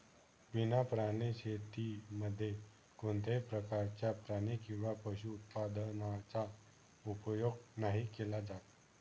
विना प्राणी शेतीमध्ये कोणत्याही प्रकारच्या प्राणी किंवा पशु उत्पादनाचा उपयोग नाही केला जात